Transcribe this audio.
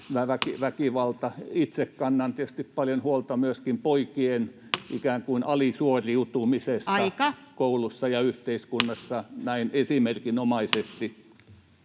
väkivalta. Itse kannan tietysti paljon huolta myöskin poikien ikään kuin alisuoriutumisesta [Puhemies: Aika!] koulussa ja yhteiskunnassa, näin esimerkinomaisesti.